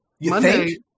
Monday